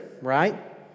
right